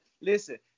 listen